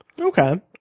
Okay